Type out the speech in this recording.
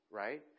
right